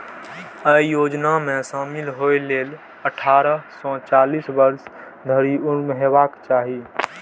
अय योजना मे शामिल होइ लेल अट्ठारह सं चालीस वर्ष धरि उम्र हेबाक चाही